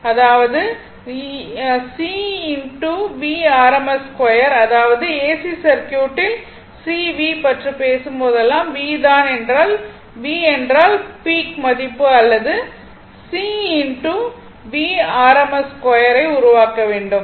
அதாவது C v rms2 அதாவது AC சர்க்யூட்டில் C V பற்றி பேசும்போதெல்லாம் V என்றால் பீக் மதிப்பு அல்லது C V rms2 ஐ உருவாக்க வேண்டும்